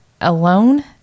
alone